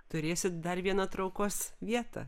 turėsit dar vieną traukos vietą